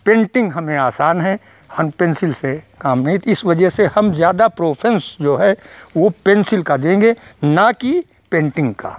painting हमें आसान है हम पेन्सिल से काम तो इस वज़ह से हम ज्यादा प्रेफरेन्स जो है वह पेन्सिल का देंगे न कि पेन्टिन्ग का